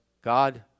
God